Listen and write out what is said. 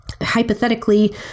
hypothetically